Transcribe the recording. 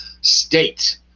State